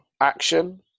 action